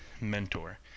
mentor